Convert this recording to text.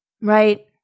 Right